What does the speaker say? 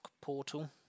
Portal